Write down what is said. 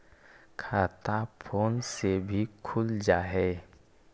खाता फोन से भी खुल जाहै?